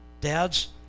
dads